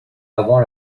avant